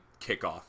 kickoff